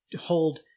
hold